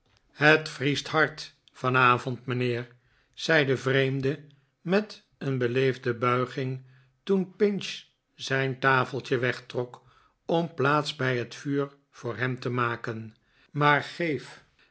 het vriest hard vanavond mijnheer zei de vreemde met een beleefde buiging toen pinch zijn tafeltje wegtrok om plaats bij het vuur voor hem te maken maar geef